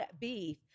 beef